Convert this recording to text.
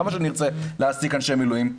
למה שארצה להעסיק אנשי מילואים?